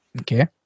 okay